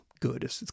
good